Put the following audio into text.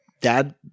dad